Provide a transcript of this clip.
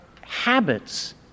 habits